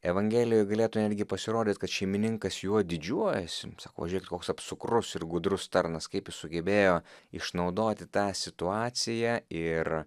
evangelijoj galėtų netgi pasirodyt kad šeimininkas juo didžiuojasi sako žiūrėkit koks apsukrus ir gudrus tarnas kaip jis sugebėjo išnaudoti tą situaciją ir